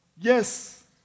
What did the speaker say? yes